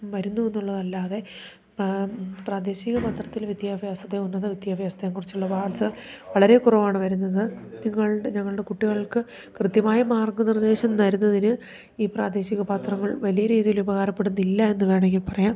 വരുന്നു എന്നുള്ളതല്ലാതെ പ്രാദേശിക പത്രത്തിൽ വിദ്യാഭ്യാസത്തെ ഉന്നതവിദ്യാഭ്യാസത്തെക്കുറിച്ചുള്ള വാർത്ത വളരെക്കുറവാണ് വരുന്നത് നിങ്ങളുടെ ഞങ്ങളുടെ കുട്ടികൾക്ക് കൃത്യമായ മാർഗ്ഗനിർദ്ദേശം തരുന്നതിന് ഈ പ്രാദേശിക പത്രങ്ങൾ വലിയ രീതിയിൽ ഉപകാരപ്പെടുന്നില്ല എന്നു വേണമെങ്കിൽ പറയാം